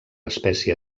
espècie